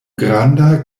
granda